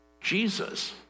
Jesus